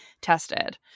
tested